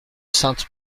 sainte